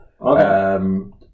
Okay